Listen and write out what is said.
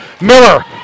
Miller